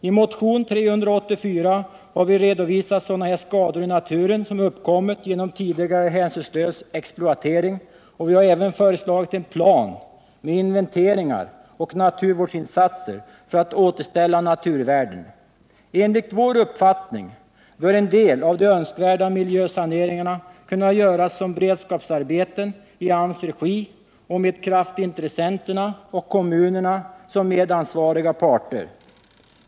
I motionen 384 har vi redovisat sådana här skador i naturen som uppkommit genom tidigare hänsynslös exploatering, och vi har även föreslagit en plan med inventeringar och naturvårdsinsatser för att återställa naturvärden. Enligt vår uppfattning bör en del av de önskvärda miljösaneringarna kunna göras som beredskapsarbeten i AMS-regi och med kraftintressenterna och kommunerna som medansvariga parter.